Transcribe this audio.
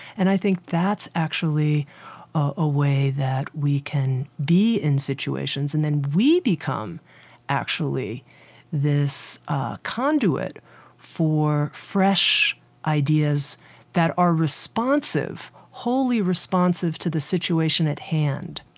and i think that's actually a way that we can be in situations and then we become actually this conduit for fresh ideas that are responsive wholly responsive to the situation at hand